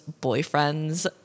boyfriends